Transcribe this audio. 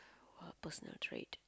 a personal trait